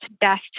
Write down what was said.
best